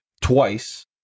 twice